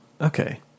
Okay